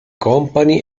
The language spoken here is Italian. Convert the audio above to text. company